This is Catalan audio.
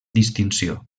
distinció